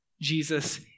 Jesus